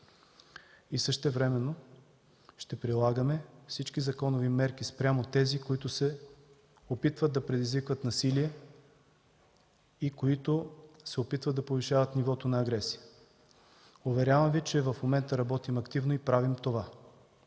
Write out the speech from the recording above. Същевременно ще прилагаме всички законови мерки спрямо тези, които се опитват да предизвикват насилие и които се опитват да повишават нивото на агресия. Уверявам Ви, че в момента работим активно и правим това